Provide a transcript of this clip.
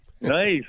Nice